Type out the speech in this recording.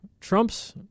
Trump's